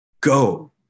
go